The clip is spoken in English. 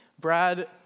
Brad